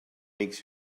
makes